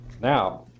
Now